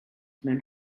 mewn